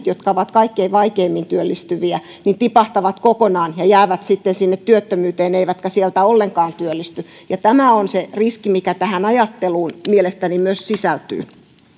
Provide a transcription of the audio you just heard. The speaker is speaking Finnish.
jotka ovat kaikkein vaikeimmin työllistyviä tipahtavat kokonaan ja jäävät sitten työttömyyteen eivätkä sieltä ollenkaan työllisty tämä on se riski mikä tähän ajatteluun mielestäni myös sisältyy